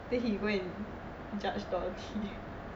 then he go and judge